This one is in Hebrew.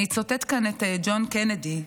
אני אצטט כאן את ג'ון קנדי,